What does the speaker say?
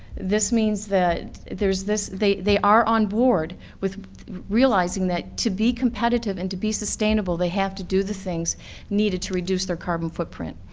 this means that there's this, they they are on board with realizing that to be competitive and to be sustainable they have to do the things needed to reduce their carbon footprint.